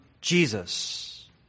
Jesus